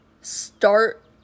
start